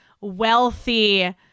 wealthy